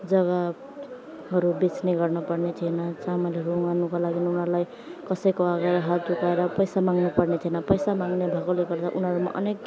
जग्गाहरू बेच्ने गर्नुपर्ने थिएन चामलहरू उमार्नुको लागि उनीहरूलाई कसैको अगाडि हात उठाएर पैसा माग्नुपर्ने थिएन पैसा माग्ने भएकोले गर्दा उनीहरूमा अनेक